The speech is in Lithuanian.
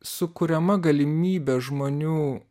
sukuriama galimybė žmonių